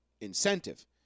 incentive